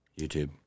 YouTube